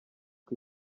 uko